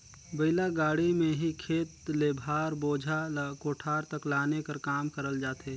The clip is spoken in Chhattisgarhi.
बइला गाड़ी मे ही खेत ले भार, बोझा ल कोठार तक लाने कर काम करल जाथे